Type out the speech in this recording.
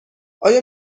آیا